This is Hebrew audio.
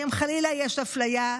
ואם חלילה יש אפליה,